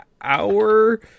hour